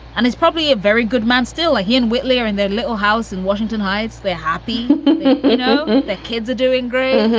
and he's probably a very good man. still a and whitley are in their little house in washington heights they're happy you know that kids are doing great.